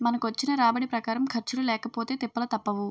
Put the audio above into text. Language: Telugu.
మనకొచ్చిన రాబడి ప్రకారం ఖర్చులు లేకపొతే తిప్పలు తప్పవు